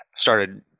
started